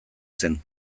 zen